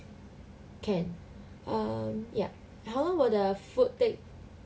can um yup how long will the food take